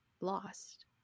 lost